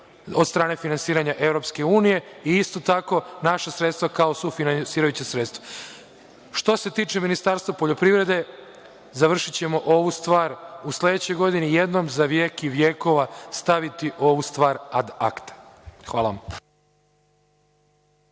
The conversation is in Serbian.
od strane finansiranja EU i isto tako naša sredstva kao sufinansirajuća sredstva. Što se tiče Ministarstva poljoprivrede, završićemo ovu stvar u sledećoj godini jednom za vjek i vjekova staviti ovu stvar ad akta. Hvala vam.